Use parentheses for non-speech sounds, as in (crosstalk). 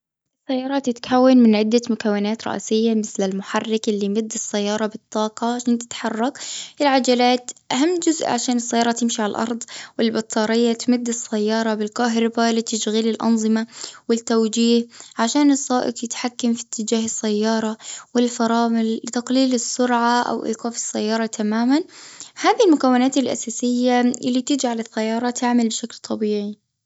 السيارة (noise) تتكون من عدة مكونات رئيسية، مثل المحرك اللي يمد السيارة بالطاقة، عشان تتحرك. العجلات، أهم جزء عشان السيارة تمشي على الأرض. والبطارية تمد السيارة بالكهربا، لتشغيل الأنظمة والتوجية، عشان السائق يتحكم في اتجاه السيارة. والفرامل لتقليل السرعة، أو إيقاف السيارة تمامًا. هذي المكونات الأساسية، (hesitation) اللي تجعل السيارة تعمل بشكل طبيعي.